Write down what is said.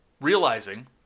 realizing